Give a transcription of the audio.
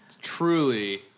truly